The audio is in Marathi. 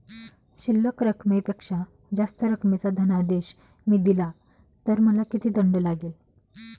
शिल्लक रकमेपेक्षा जास्त रकमेचा धनादेश मी दिला तर मला किती दंड लागेल?